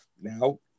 now